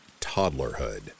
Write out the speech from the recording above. toddlerhood